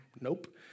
nope